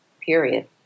period